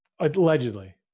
Allegedly